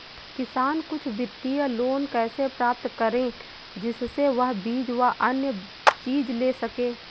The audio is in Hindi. किसान कुछ वित्तीय लोन कैसे प्राप्त करें जिससे वह बीज व अन्य चीज ले सके?